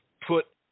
put